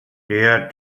der